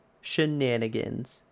Shenanigans